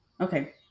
Okay